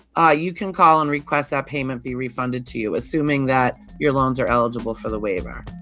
ah you can call and request that payment be refunded to you, assuming that your loans are eligible for the waiver